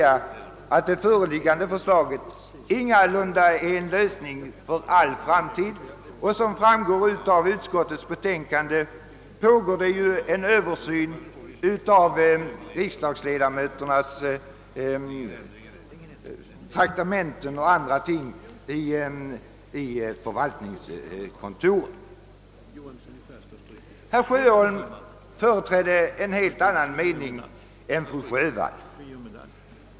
Det föreliggande förslaget är ingalunda någon lösning för all framtid. Som framgår av utskottets betänkande pågår inom förvaltningskontoret en översyn av riksdagsledamöternas traktamenten och andra förhållanden. Herr Sjöholm företräder en helt annan mening än fru Sjövall.